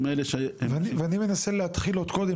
האלה שהם --- ואני מנסה להתחיל עוד קודם,